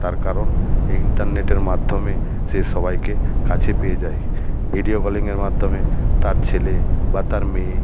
তার কারণ এই ইন্টারনেটের মাধ্যমে সে সবাইকে কাছে পেয়ে যায় ভিডিও কলিংয়ের মাধ্যমে তার ছেলে বা তার মেয়ে